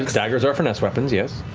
daggers are finesse weapons, yes.